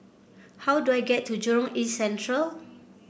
how do I get to Jurong East Central